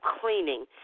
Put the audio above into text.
cleaning